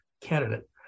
candidate